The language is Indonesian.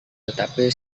tetapi